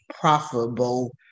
profitable